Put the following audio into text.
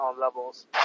levels